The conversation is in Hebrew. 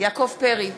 יעקב פרי,